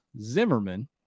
Zimmerman